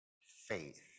Faith